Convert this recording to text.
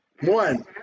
One